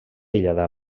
aïllada